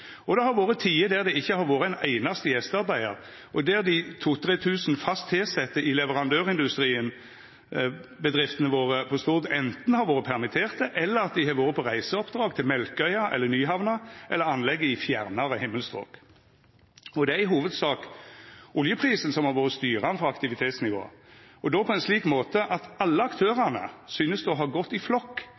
Og det har vore tider der det ikkje har vore ein einaste gjestearbeidar, og der dei 2 000–3 000 fast tilsette i leverandørbedriftene våre på Stord anten har vore permitterte eller vore på reiseoppdrag til Melkøya eller Nyhavna eller til anlegg under fjernare himmelstrok. Og det er i hovudsak oljeprisen som har vore styrande for aktivitetsnivået, og då på ein slik måte at alle aktørane synest å ha gått i flokk,